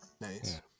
Nice